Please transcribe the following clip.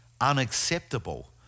unacceptable